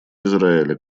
израиля